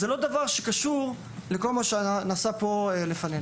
זה לא דבר שקשור לכל מה שנעשה פה לפנינו.